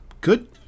Good